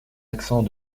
accent